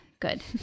good